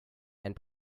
and